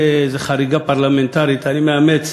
נעשה איזה חריגה פרלמנטרית, אני מאמץ